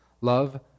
Love